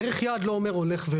ערך יעד לא אומר הולך.